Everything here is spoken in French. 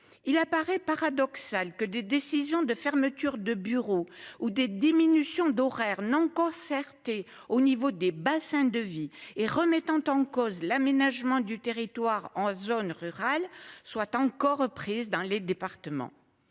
Il apparaît paradoxal que des décisions de fermeture de bureaux ou des diminutions d'horaires non concertée au niveau des bassins de vie et remettant en cause l'aménagement du territoire en zone rurale, soit encore reprise dans les départements.